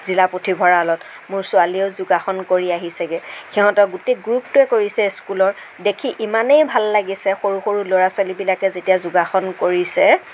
জিলা পুথিভঁৰালত মোৰ ছোৱালীয়েও যোগাসন কৰি আহিছেগে সিহঁতৰ গোটেই গ্ৰুপটোৱে কৰিছে স্কুলৰ দেখি ইমানেই ভাল লাগিছে সৰু সৰু ল'ৰা ছোৱালীবিলাকে যেতিয়া যোগাসন কৰিছে